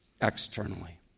externally